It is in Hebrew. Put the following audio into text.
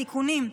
תיקונים.